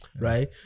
Right